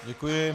Děkuji.